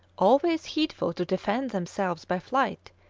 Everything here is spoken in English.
always heedful to defend themselves by flight,